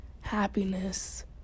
happiness